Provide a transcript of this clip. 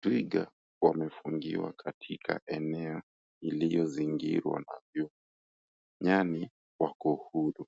Twiga wamefungiwa kwenye eneo iliyozingirwa na vyuma. Nyani wako huru,